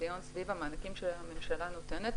דיון סביב המענקים שהממשלה נותנת,